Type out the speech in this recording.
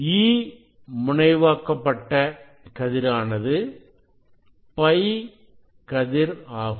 E முனைவாக்கப்பட்ட கதிரானது π கதிர் ஆகும்